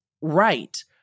right